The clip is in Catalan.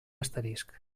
asterisc